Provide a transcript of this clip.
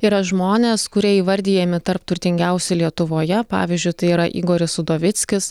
yra žmonės kurie įvardijami tarp turtingiausių lietuvoje pavyzdžiui tai yra igoris udovickis